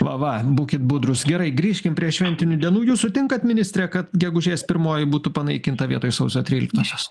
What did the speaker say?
va va būkit budrūs gerai grįžkim prie šventinių dienų jūs sutinkat ministre kad gegužės pirmoji būtų panaikinta vietoj sausio tryliktosios